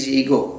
ego